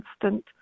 constant